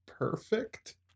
Perfect